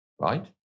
right